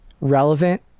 relevant